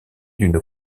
d’une